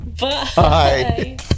Bye